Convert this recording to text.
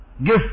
give